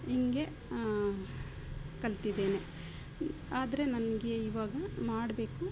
ಹಿಂಗೆ ಕಲ್ತಿದ್ದೇನೆ ಆದರೆ ನನಗೆ ಇವಾಗ ಮಾಡಬೇಕು